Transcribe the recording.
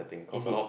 indeed